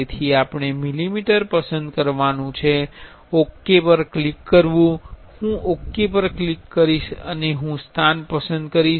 તેથી આપણે મિલીમીટર પસંદ કરવાનુ છે ઓકે પર ક્લિક કરવું હું ઓકે પર ક્લિક કરીશ અને હું સ્થાન પસંદ કરીશ